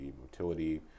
motility